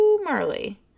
Marley